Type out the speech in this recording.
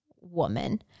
woman